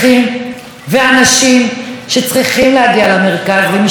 שצריכים להגיע למרכז ונשארים מחוץ לקרונות.